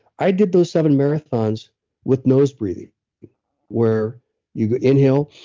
i did those seven marathons with nose breathing where you inhale,